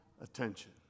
attention